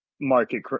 market